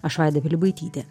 aš vaida pilibaitytė